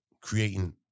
creating